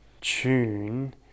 tune